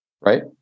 right